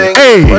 hey